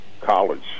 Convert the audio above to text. college